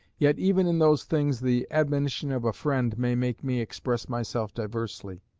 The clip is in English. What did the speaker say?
yet even in those things the admonition of a friend may make me express myself diversly.